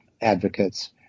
advocates